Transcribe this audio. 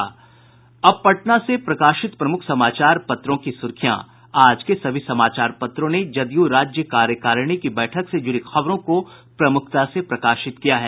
अब पटना से प्रकाशित प्रमुख समाचार पत्रों की सुर्खियां आज के सभी समाचार पत्रों ने जदयू राज्य कार्यकारिणी की बैठक से जुड़ी खबरों को प्रमुखता से प्रकाशित किया है